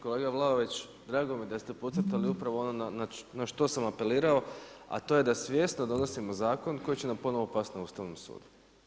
Kolega Vlaović, drago mi je da ste podcrtali upravo ono na što sam apelirao, a to je da svjesno donosimo zakon koji će nam ponovno past na Ustavnom sudu.